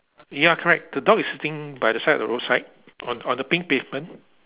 ya correct the dog is sitting by the side of the roadside on on the pink pavement